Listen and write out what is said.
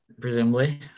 Presumably